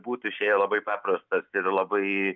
būtų išėjo labai paprastas ir labai